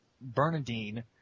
Bernadine